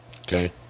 Okay